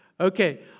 Okay